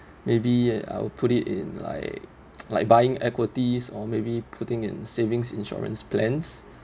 maybe I'll put it in like like buying equities or maybe putting in savings insurance plans